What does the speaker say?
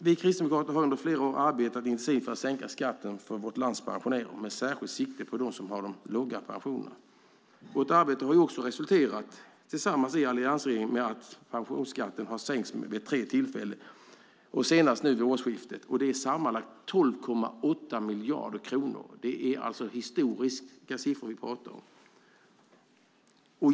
Vi kristdemokrater har under flera år arbetat intensivt för att sänka skatten för vårt lands pensionärer, med särskilt sikte på dem med låga pensioner. Vårt gemensamma arbete i alliansregeringen har också resulterat i att pensionsskatten sänkts vid tre tillfällen, senaste vid förra årsskiftet. Det är fråga om sammanlagt 12,8 miljarder kronor. Det är historiska siffror vi talar om.